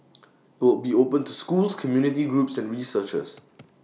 IT will be open to schools community groups and researchers